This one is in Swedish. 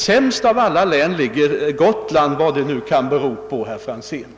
Sämst av alla län ligger Gotland, vad det nu kan bero på, herr Franzén.